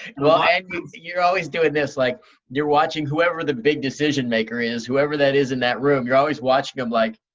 i mean you're always doing this. like you're watching whoever the big decision maker is, whoever that is in that room, you're always watching them like.